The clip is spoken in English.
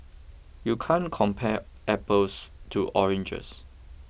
you can't compare apples to oranges